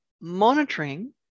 monitoring